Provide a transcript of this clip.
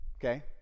okay